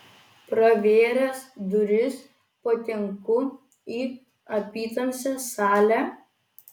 pravėręs duris patenku į apytamsę salę